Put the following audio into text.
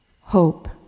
Hope